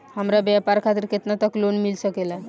हमरा व्यापार खातिर केतना तक लोन मिल सकेला?